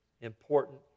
important